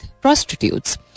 prostitutes